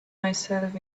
myself